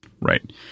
Right